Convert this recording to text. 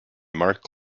mark